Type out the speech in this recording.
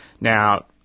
now